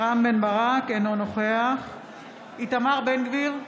אינו נוכח איתמר בן גביר,